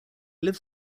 lives